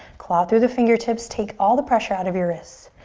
claw through the fingertips. take all the pressure out of your wrists.